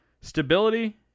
Stability